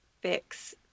fix